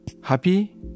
happy